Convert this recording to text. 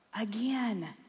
again